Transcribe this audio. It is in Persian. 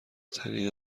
طریق